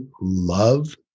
love